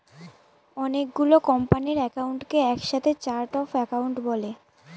অনেকগুলো কোম্পানির একাউন্টকে এক সাথে চার্ট অফ একাউন্ট বলে